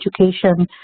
education